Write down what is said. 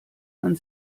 man